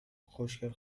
خوشگل